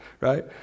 right